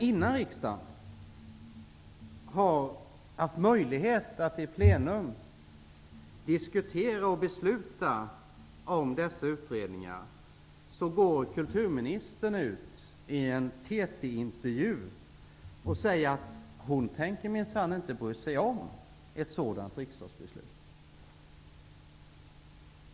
Innan riksdagen har haft möjlighet att i plenum diskutera och besluta om dessa utredningar går kulturministern ut i en TT-intervju och säger att hon minsann inte tänker bry sig om ett sådant riksdagsbeslut.